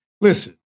Listen